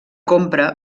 compra